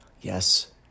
Yes